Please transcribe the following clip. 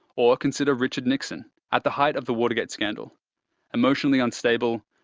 or consider richard nixon, at the height of the watergate scandal emotionally unstable,